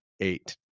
Eight